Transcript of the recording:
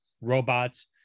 robots